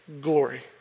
glory